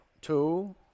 two